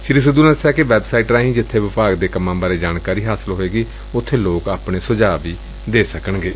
ਸ੍ਰੀ ਸਿੱਧੁ ਨੇ ਦੱਸਿਆ ਕਿ ਵੈਬਸਾਈਟ ਰਾਹੀ ਜਿੱਬੇ ਵਿਭਾਗ ਦੇਂ ਕੰਮਾ ਬਾਰੇ ਜਾਣਕਾਰੀ ਹਾਸਲ ਹੋਵੇਗੀ ਉੱਬੇ ਲੋਕ ਆਪਣੇ ਸੁਝਾਅ ਵੀ ਸਾਂਝੇ ਕਰ ਸਕਣਗੇ